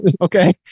Okay